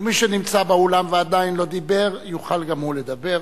מי שנמצא באולם ועדיין לא דיבר, יוכל גם הוא לדבר.